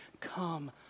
come